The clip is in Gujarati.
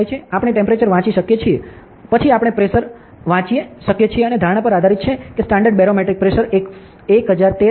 આપણે ટેમ્પરેચર વાંચી શકીએ છીએ પછી આપણે પ્રેશર વાંચી શકીએ છીએ અને ધારણા પર આધારિત છે કે સ્ટાન્ડર્ડ બેરોમેટ્રિક પ્રેશર 1013